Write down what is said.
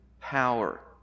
power